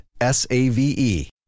S-A-V-E